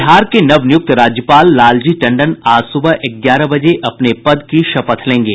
बिहार के नवनियुक्त राज्यपाल लालजी टंडन आज सुबह ग्यारह बजे अपने पद की शपथ लेंगे